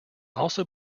also